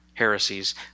heresies